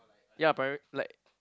ya primary like